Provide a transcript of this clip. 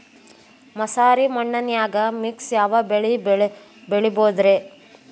ಮಸಾರಿ ಮಣ್ಣನ್ಯಾಗ ಮಿಕ್ಸ್ ಯಾವ ಬೆಳಿ ಬೆಳಿಬೊದ್ರೇ?